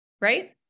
right